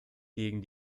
gegen